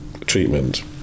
treatment